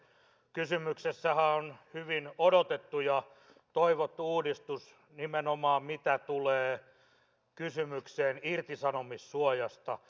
kysymyksessähän on hyvin odotettu ja toivottu uudistus nimenomaan mitä tulee kysymykseen irtisanomissuojasta